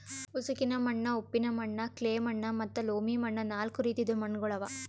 ಉಸುಕಿನ ಮಣ್ಣ, ಉಪ್ಪಿನ ಮಣ್ಣ, ಕ್ಲೇ ಮಣ್ಣ ಮತ್ತ ಲೋಮಿ ಮಣ್ಣ ನಾಲ್ಕು ರೀತಿದು ಮಣ್ಣುಗೊಳ್ ಅವಾ